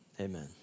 Amen